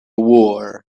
war